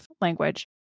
language